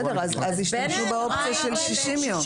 בסדר, אז ישתמשו באופציה של 60 יום.